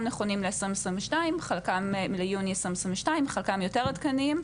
נכונים ליוני 2022. חלקם יותר עדכניים.